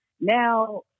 Now